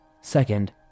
Second